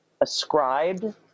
ascribed